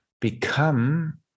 become